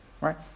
right